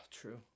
True